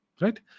Right